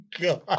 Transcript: god